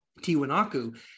Tiwanaku